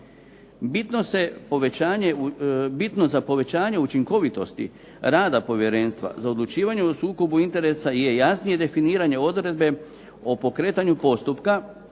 Bitno za povećanje učinkovitosti rada Povjerenstva za odlučivanje o sukobu interesa je jasnije definiranje odredbe o pokretanju postupka